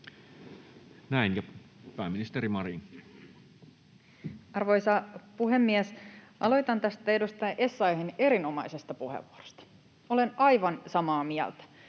16:21 Content: Arvoisa puhemies! Aloitan tästä edustaja Essayahin erinomaisesta puheenvuorosta. Olen aivan samaa mieltä.